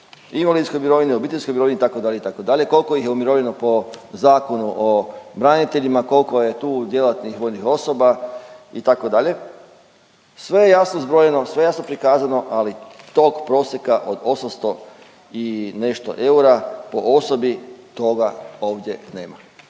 u invalidskoj mirovini, obiteljskoj mirovini itd., itd. Koliko ih je umirovljeno po Zakonu o braniteljima, koliko je tu djelatnik vojnih osoba itd. Sve je jasno zbrojeno, sve je jasno prikazano ali tog prosjeka od 800 i nešto eura po osobi, toga ovdje nema.